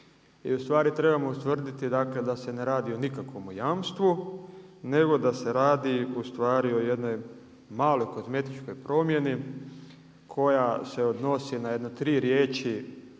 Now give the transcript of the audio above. i ustvari trebamo ustvrditi da se ne radi o nikakvom jamstvu nego da se radi o jednoj maloj kozmetičkoj promjeni koja se odnosi ja jedno tri riječi